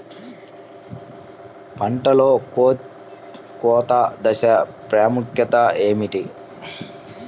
పంటలో కోత దశ ప్రాముఖ్యత ఏమిటి?